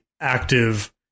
active